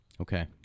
Okay